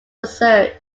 research